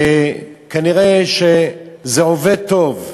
וכנראה זה עובד טוב.